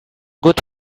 good